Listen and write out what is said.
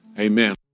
Amen